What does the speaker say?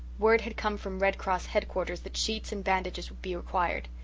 word had come from red cross headquarters that sheets and bandages would be required.